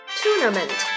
Tournament